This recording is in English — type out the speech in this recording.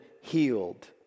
healed